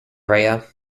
rhea